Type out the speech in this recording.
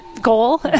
goal